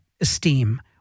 esteem